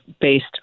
based